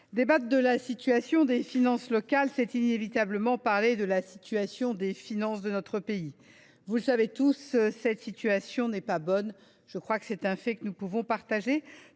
débattre de la situation des finances locales, c’est inévitablement parler de la situation des finances de notre pays. Nous le savons tous, cette situation n’est pas bonne : c’est un fait. En la matière, nous n’avons plus le